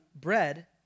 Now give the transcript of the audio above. bread